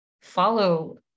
follow